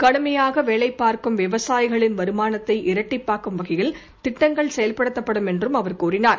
கடுமையாள வேலைபார்க்கும் விவசாயிகளின் வருமானத்தை இரட்டிப்பாக்கும் வகையில் திட்டங்கள் செயல்படுத்தப்படும் என்று பிரதமர் கூறினார்